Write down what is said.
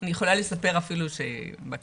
אני יכולה לספר אפילו שבקהילה